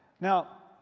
Now